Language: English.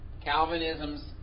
Calvinism's